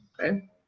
Okay